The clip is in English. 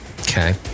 Okay